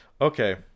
Okay